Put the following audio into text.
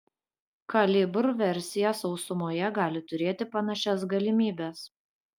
kalibr versija sausumoje gali turėti panašias galimybes